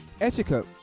etiquette